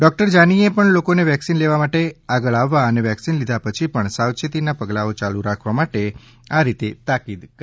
doctor જાનીએ પણ લોકોને વેક્સિન લેવા માટે આગળ આવવા અને વેક્સિન લીધા પછી પણ સાવચેતીના પગલાઓ ચાલુ રાખવા આ રીતે તાકીદ કરી